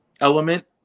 element